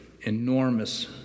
enormous